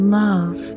love